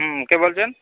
হুম কে বলছেন